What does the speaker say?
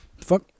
Fuck